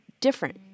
different